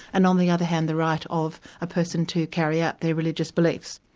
and on the other hand, the right of a person to carry out their religious beliefs.